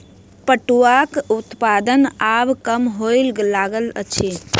पटुआक उत्पादन आब कम होमय लागल अछि